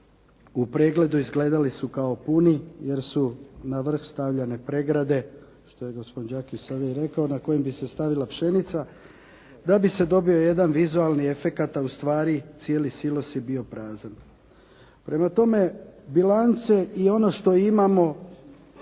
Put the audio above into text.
u pregledu izgledali su kao puni, jer su na vrh stavljane pregrade, što je gospodin Dakić sada i rekao na kojim bi se stavila pšenica da bi se dobio jedan vizualni efekt, a ustvari cijeli silos je bio prazan. Prema tome, bilance i ono što imamo